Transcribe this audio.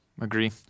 Agree